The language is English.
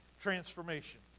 transformation